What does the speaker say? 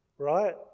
right